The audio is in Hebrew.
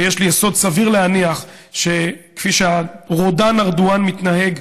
ויש לי יסוד סביר להניח שכפי שהרודן ארדואן מתנהג,